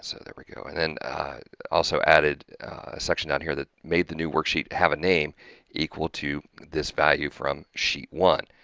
so there we go and then also added a section down here that made the new worksheet, have a name equal to this value from sheet one.